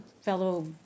fellow